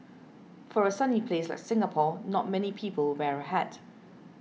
for a sunny place like Singapore not many people wear a hat